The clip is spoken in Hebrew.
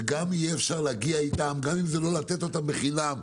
וגם אם זה לא לתת בחינם,